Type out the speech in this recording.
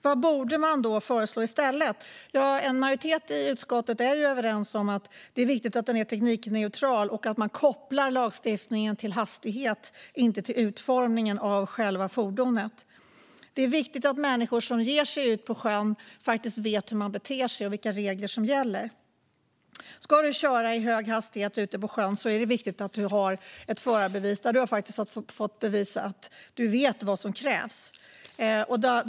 Vad borde man då föreslå i stället? En majoritet i utskottet är överens om att det är viktigt att den är teknikneutral och att man kopplar lagstiftningen till hastighet och inte till utformningen av själva fordonet. Det är viktigt att människor som ger sig ut på sjön vet hur man beter sig och vilka regler som gäller. Ska man köra i hög hastighet ute på sjön är det viktigt att man har ett förarbevis där man har fått bevisa att man vet vad som krävs.